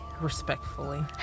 respectfully